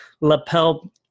lapel